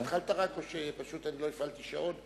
אני לא הפעלתי שעון.